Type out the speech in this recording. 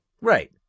Right